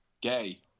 Gay